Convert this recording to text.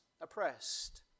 oppressed